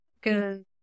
Good